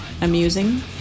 amusing